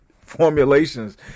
formulations